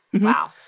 Wow